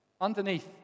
Underneath